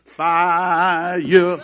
Fire